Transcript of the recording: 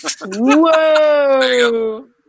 Whoa